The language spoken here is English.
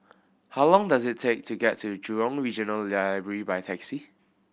how long does it take to get to Jurong Regional Library by taxi